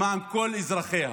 למען כל אזרחיה.